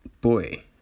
boy